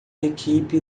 equipe